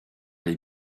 les